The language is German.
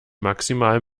maximal